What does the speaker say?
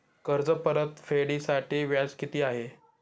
कर्ज परतफेडीसाठी व्याज किती आहे?